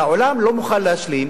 והעולם לא מוכן להשלים,